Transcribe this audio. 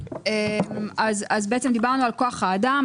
בעצם דיברנו על כוח האדם,